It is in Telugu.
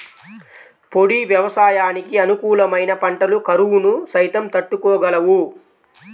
పొడి వ్యవసాయానికి అనుకూలమైన పంటలు కరువును సైతం తట్టుకోగలవు